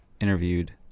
interviewed